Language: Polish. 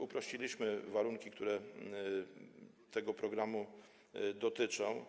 Uprościliśmy warunki, które tego programu dotyczą.